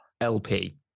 LP